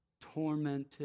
tormented